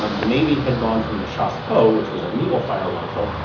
um the navy had gone from the chassepot, which was a needle fire rifle,